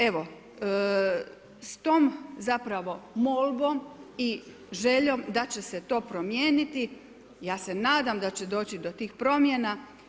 Evo, s tom, zapravo, molbom i željom da će se to promijeniti, ja se nadam da će doći do tih promjena.